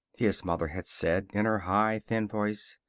his mother had said, in her high, thin voice,